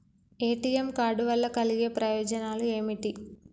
ATM card వల్ల కలిగే ప్రయోజనాలు ఏమిటి?